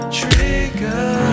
trigger